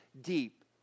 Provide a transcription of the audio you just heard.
deep